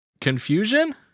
confusion